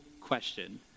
question